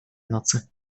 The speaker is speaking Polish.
nocy